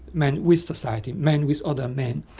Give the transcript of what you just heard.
man with society, man with other men,